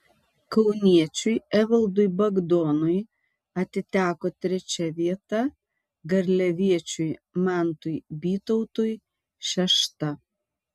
kauniečiui evaldui bagdonui atiteko trečia vieta garliaviečiui mantui bytautui šešta